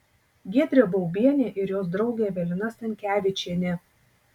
giedrė baubienė ir jos draugė evelina stankevičienė